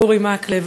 אורי מקלב,